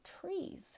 trees